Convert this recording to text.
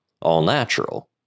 all-natural